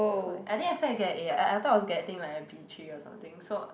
that's why I didn't expect to get an A ah I I thought I was getting a b-three or something so